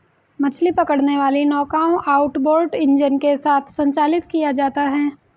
मछली पकड़ने वाली नौकाओं आउटबोर्ड इंजन के साथ संचालित किया जाता है